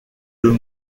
deux